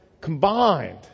combined